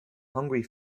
hungry